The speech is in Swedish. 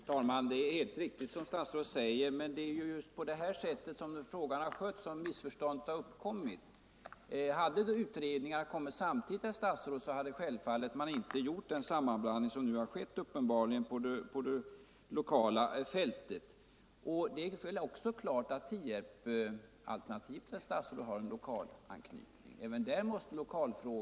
Fru talman! det är helt riktigt som statsrådet säger, men det är just på grund av att frågan skötts på det sättet som skett som missförståndet har uppkommit. Hade utredningsuppdragen givits samtidigt, herr statsråd, hade uppenbarligen den sammanblandning som nu skett på det lokala fältet inte gjorts. Det är väl också klart, herr statsråd, att lokalfrågan måste tas upp även i Tierpsalternativet.